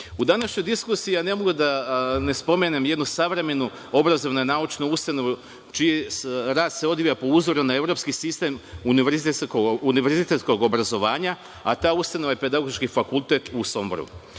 današnjoj diskusiji ja ne mogu da ne spomenem jednu savremenu obrazovno-naučnu ustanovu čije rast se odvija po uzoru na evropski sistem univerzitetskog obrazovanja, a ta ustanova je Pedagoški fakultet u Somboru.